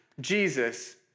Jesus